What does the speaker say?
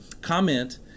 comment